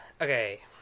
Okay